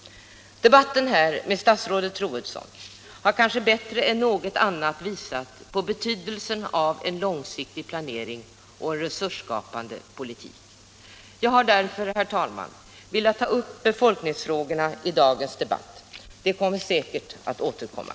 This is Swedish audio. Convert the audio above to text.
Debatten här med statsrådet Troedsson har kanske bättre än något annat visat betydelsen av en långsiktig planering och en resursskapande politik. Jag har därför, herr talman, velat ta upp befolkningsfrågorna i dagens debatt. De kommer säkerligen att återkomma.